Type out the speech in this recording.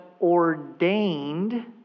ordained